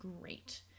great